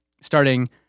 starting